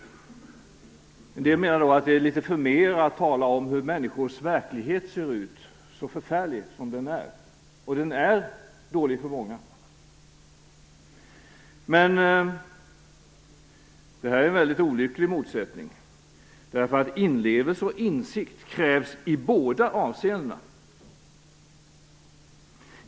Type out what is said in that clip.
En del menar att det är litet förmer att tala om hur människors verklighet ser ut - så förfärlig som den är. Den är dålig för många. Men detta är en mycket olycklig motsättning. Inlevelse och insikt krävs i båda avseendena.